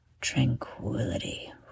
tranquility